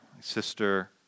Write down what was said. sister